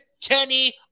Kenny